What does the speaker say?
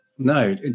No